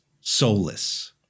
soulless